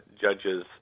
Judges